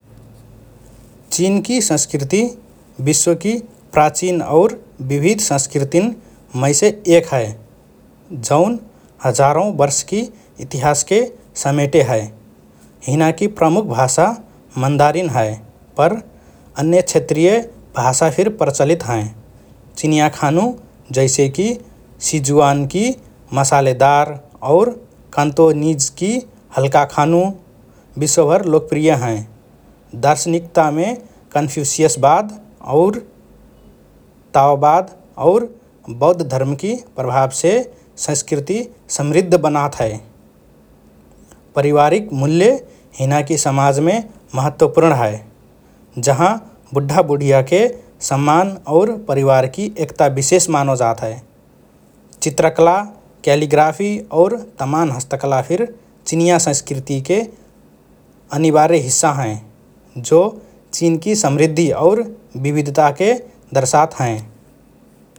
चीनकि संस्कृति विश्वकि प्राचीन और विविध संस्कृतिन् मैसे एक हए, जौन हजारौँ वर्षकि इतिहासके समेटे हए । हिनाकि प्रमुख भाषा मन्दारिन हए पर अन्य क्षेत्रीय भाषा फिर प्रचलित हएँ । चिनियाँ खानु जैसेकि सिजुआनकि मसालेदार और कन्तोनिजकि हल्का खानु, विश्वभर लोकप्रिय हएँ । दार्शनिकतामे कन्फ्यूशियसवाद और ताओवाद और बौद्ध धर्मकि प्रभावसे संस्कृति समृद्ध बनात हएँ । पारिवारिक मूल्य हिनाकि समाजमे महत्वपूर्ण हए, जहाँ बुढ्ढाबुढीयाके सम्मान और परिवारकि एकता विशेष मानो जात हए । चित्रकला, क्यालिग्राफि और तमान् हस्तकला फिर चिनियाँ संस्कृतिके अनिवार्य हिस्सा हएँ, जो चीनकि समृद्धि और विविधताके दर्शात हएँ ।